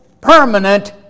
permanent